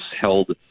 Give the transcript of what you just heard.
held